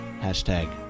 hashtag